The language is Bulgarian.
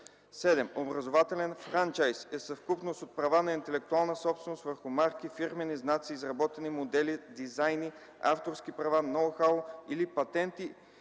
7: „7. „Образователен франчайз” е съвкупност от права на интелектуална собственост върху марки, фирмени знаци, изработени модели, дизайни, авторски права, ноу-хау или патенти